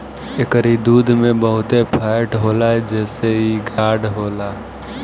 एकरी दूध में बहुते फैट होला जेसे इ गाढ़ होला